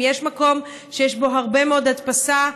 אם יש מקום שיש בו הרבה מאוד הדפסה,